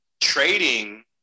trading